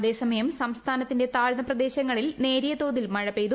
അതേസമയം സംസ്ഥാനത്തിന്റെ താഴ്ന്ന പ്രദേശങ്ങളിൽ നേരിയ തോതിൽ മഴ പെയ്തു